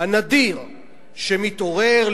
הנדיר שמתעורר,